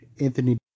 Anthony